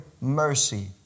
mercy